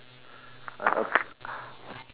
I uh